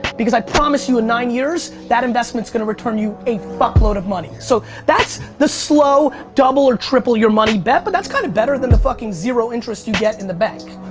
because i promise you in nine years, that investment's gonna return you a fuckload of money. so that's the slow, double or triple your money bet, but that's kind of better than the fucking zero interest you get in the bank.